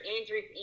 injuries